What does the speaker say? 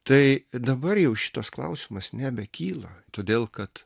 tai dabar jau šitas klausimas nebekyla todėl kad